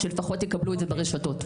אז שלפחות יקבלו את זה ברשתות.